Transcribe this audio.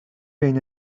بین